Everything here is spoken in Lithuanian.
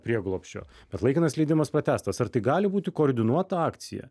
prieglobsčio bet laikinas leidimas pratęstas ar tai gali būti koordinuota akcija